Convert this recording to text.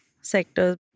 sectors